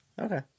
Okay